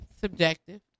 subjective